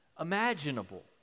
imaginable